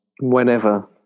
Whenever